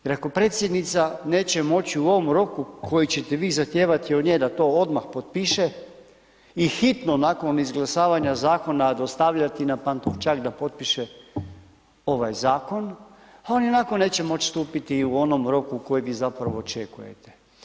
Jer ako predsjednica neće moći u ovom roku koji ćete vi zahtijevati da to odmah potpiše i hitno nakon izglasavanja zakona dostavljati na Pantovčak da potpiše ovaj zakon, a on ionako neće moći stupiti u onom roku u kojem vi zapravo očekujete.